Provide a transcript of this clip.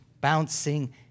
Bouncing